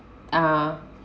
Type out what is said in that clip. uh